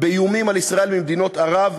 באיומים על ישראל ממדינות ערב,